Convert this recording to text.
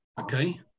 okay